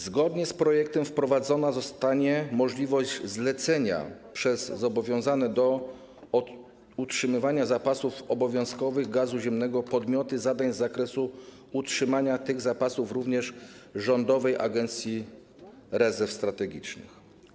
Zgodnie z projektem wprowadzona zostanie możliwość zlecenia przez zobowiązane do utrzymywania zapasów obowiązkowych gazu ziemnego podmioty zadań z zakresu utrzymania tych zapasów również Rządowej Agencji Rezerw Strategicznych.